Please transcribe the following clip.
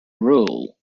rule